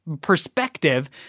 perspective